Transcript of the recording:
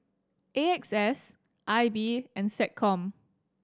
A X S I B and SecCom